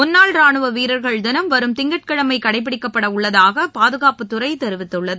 முன்னாள் ராணுவ வீரர்கள் தினம் வரும் திங்கட்கிழமை கடைப்பிடிக்கப்படவுள்ளதாக பாதுகாப்புத்துறை தெரிவித்துள்ளது